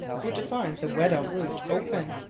were to find the weddell route open!